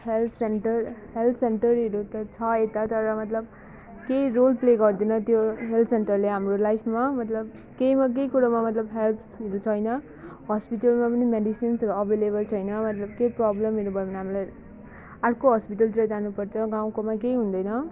health center health सेन्टरहरू त छ एता तर मतलब केही रोल प्ले गर्दैन त्यो हेल्थ सेन्टरले हाम्रो लाइफमा मतलब केहीमा केही कुरोमा मतलब हेल्पहरू छैन हस्पिटलमा पनि मेडिसिन्सहरू एभाइलेबल छैन मतलब केही प्रब्लमहरू भयो भने हामीलाई अर्को हस्पिटलतिर जानुपर्छ गाउँकोमा केही हुँदैन